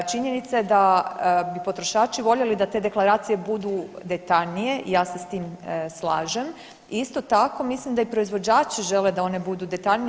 Činjenica je da bi potrošači voljeli da te deklaracije budu detaljnije, ja se s tim slažem i isto tako mislim da i proizvođači žele da one budu detaljnije.